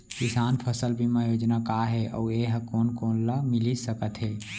किसान फसल बीमा योजना का हे अऊ ए हा कोन कोन ला मिलिस सकत हे?